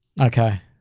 Okay